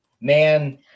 man